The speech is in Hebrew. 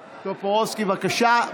טופורובסקי, בבקשה.